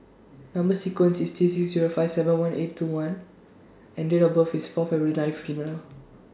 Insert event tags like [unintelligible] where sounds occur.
Number sequence IS T six Zero five seven one eight two one and Date of birth IS Fourth February nineteen [unintelligible]